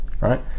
right